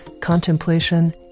Contemplation